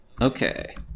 Okay